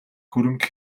хөрөнгө